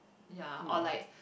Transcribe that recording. ya or like